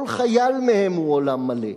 כל חייל מהם הוא עולם מלא,